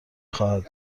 خواهد